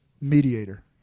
mediator